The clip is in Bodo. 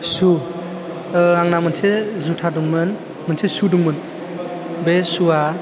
शु ओह आंना मोनसे जुथा दंमोन मोनसे शु दंमोन बे शुवा